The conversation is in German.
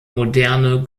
moderne